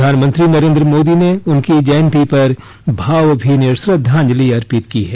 प्रधानमंत्री नरेन्द्र मोदी ने उनकी जयंती पर भावभीनी श्रद्वांजलि अर्पित की है